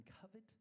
covet